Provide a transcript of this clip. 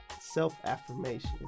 self-affirmation